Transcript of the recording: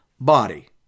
body